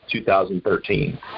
2013